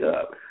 up